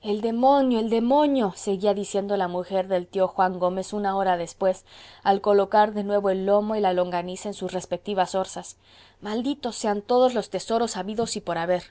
el demonio el demonio seguía diciendo la mujer del tío juan gómez una hora después al colocar de nuevo el lomo y la longaniza en sus respectivas orzas malditos sean todos los tesoros habidos y por haber